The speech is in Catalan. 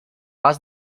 pas